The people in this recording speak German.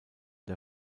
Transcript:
der